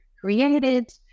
created